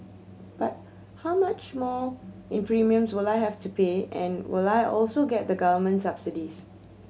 but how much more in premiums will I have to pay and will I also get the government subsidies